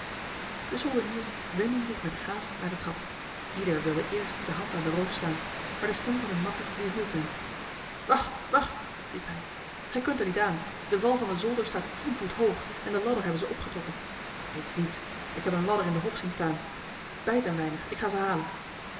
de soldeniers wendden zich met haast naar de trap ieder wilde eerst de hand aan de roof slaan maar de stem van hun makker weerhield hen wacht wacht riep hij gij kunt er niet aan de val van de zolder staat tien voet hoog en de ladder hebben zij opgetrokken maar dit is niets ik heb een ladder in de hof zien staan beidt een weinig ik ga ze halen